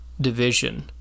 division